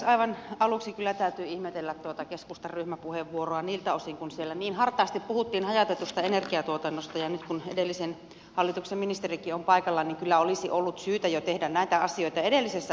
aivan aluksi kyllä täytyy ihmetellä tuota keskustan ryhmäpuheenvuoroa niiltä osin kun siellä niin hartaasti puhuttiin hajautetusta energiantuotannosta ja nyt kun edellisen hallituksen ministerikin on paikalla niin sanon että kyllä olisi ollut syytä tehdä näitä asioita jo edellisessä hallituksessa